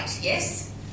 yes